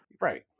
right